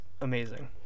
amazing